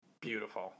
Beautiful